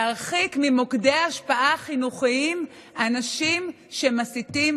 עלינו להרחיק ממוקדי ההשפעה החינוכיים אנשים שמסיתים